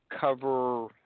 cover